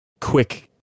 quick